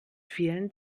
vielen